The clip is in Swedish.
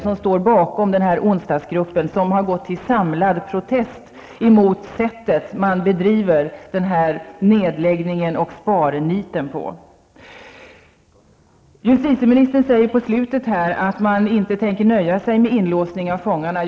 Jag kunde räkna upp flera. Man har gått till samlad protest mot sättet att bedriva nedläggningen och sparnitet. Justitieministern sade på slutet att man inte tänker nöja sig med inlåsning av fångarna.